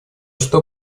что